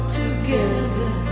together